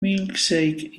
milkshake